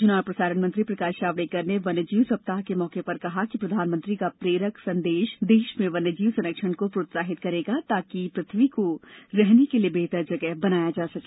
सूचना और प्रसारण मंत्री प्रकाश जावड़ेकर ने वन्यजीव सप्ताह के मौके पर कहा कि प्रधानमंत्री का प्रेरक संदेश देश में वन्यजीव संरक्षण को प्रोत्साहित करेगा ताकि पृथ्वी को रहने के लिए बेहतर जगह बनाया जा सके